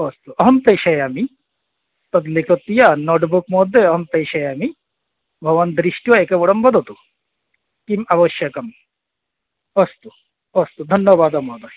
अस्तु अहं प्रेषयामि तत् लिखित्वा नोट् बुक् मध्ये अहं प्रेषयामि भवान् दृष्ट्वा एकवारं वदतु किम् आवश्यकम् अस्तु अस्तु धन्यवादः महोदय